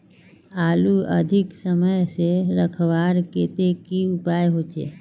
आलूक अधिक समय से रखवार केते की उपाय होचे?